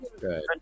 Good